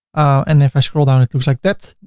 and if i scroll down, it looks like that.